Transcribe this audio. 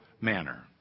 manner